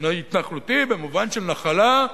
התנחלותי במובן של נחלה,